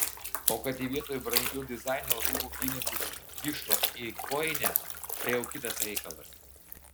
o kad ji vietoj brangių dizaino rūbų pinigus kišo į kojinę tai jau kitas reikalas